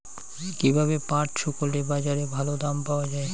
কীভাবে পাট শুকোলে বাজারে ভালো দাম পাওয়া য়ায়?